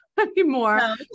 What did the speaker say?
anymore